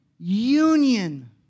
Union